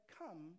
come